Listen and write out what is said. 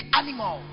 animal